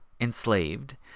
enslaved